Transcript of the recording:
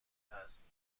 هست